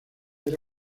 era